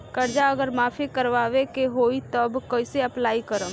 कर्जा अगर माफी करवावे के होई तब कैसे अप्लाई करम?